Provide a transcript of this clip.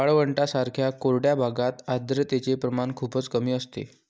वाळवंटांसारख्या कोरड्या भागात आर्द्रतेचे प्रमाण खूपच कमी असते